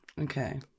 Okay